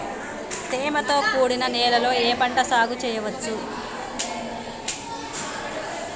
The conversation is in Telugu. తేమతో కూడిన నేలలో ఏ పంట సాగు చేయచ్చు?